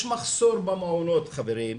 יש מחסור במעונות, חברים,